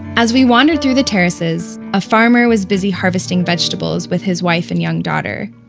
as we wandered through the terraces, a farmer was busy harvesting vegetables with his wife and young daughter.